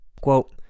Quote